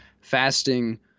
fasting